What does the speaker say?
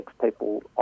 people